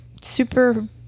super